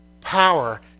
power